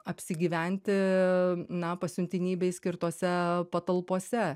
apsigyventi na pasiuntinybei skirtose patalpose